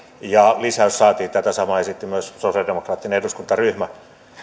ja lisäys saatiin tätä samaa esitti myös sosialidemokraattinen eduskuntaryhmä